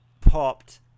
popped